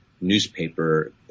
newspaper